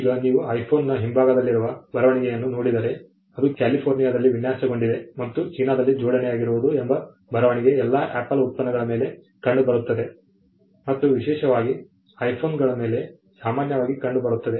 ಈಗ ನೀವು ಐಫೋನ್ನ ಹಿಂಭಾಗದಲ್ಲಿರುವ ಬರವಣಿಗೆಯನ್ನು ನೋಡಿದರೆ ಅದು ಕ್ಯಾಲಿಫೋರ್ನಿಯಾದಲ್ಲಿ ವಿನ್ಯಾಸಗೊಂಡಿದೆ ಮತ್ತು ಚೀನಾದಲ್ಲಿ ಜೋಡಣೆಯಾಗಿರುವುದು ಎಂಬ ಬರವಣಿಗೆ ಎಲ್ಲಾ ಆಪಲ್ ಉತ್ಪನ್ನಗಳ ಮೇಲೆ ಕಂಡುಬರುತ್ತದೆ ಮತ್ತು ವಿಶೇಷವಾಗಿ ಐಫೋನ್ಗಳ ಮೇಲೆ ಸಾಮಾನ್ಯವಾಗಿ ಕಂಡುಬರುತ್ತದೆ